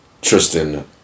Tristan